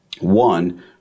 one